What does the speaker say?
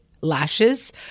lashes